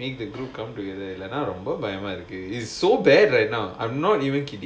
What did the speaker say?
make the group come together and I இல்லனா ரொம்ப பயமா இருக்கு:illanaa romba bayamaa irukku is so bad right now I'm not even kidding